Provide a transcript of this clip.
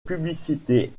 publicités